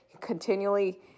continually